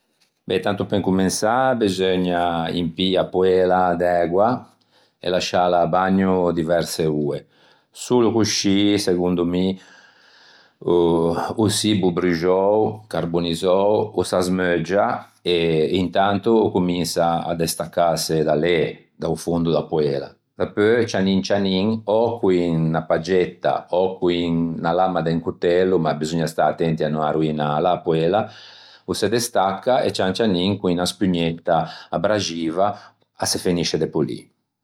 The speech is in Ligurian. Beh tanto pe incomensâ beseugna impî a poela d'ægua e lasciâla à bagno diverse oe. Solo coscì segondo mi o o çibbo bruxou, carbonizzou o s'asmeuggia e intanto o cominsa a destaccâse.